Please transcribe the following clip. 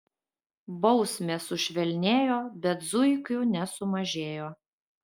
bausmės sušvelnėjo bet zuikių nesumažėjo